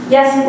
Yes